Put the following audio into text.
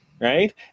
Right